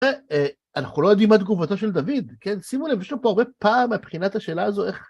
אנחנו לא יודעים מה תגובתו של דוד, כן? שימו לב, יש לו פה הרבה פער מבחינת השאלה הזו איך...